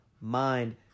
mind